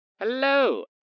Hello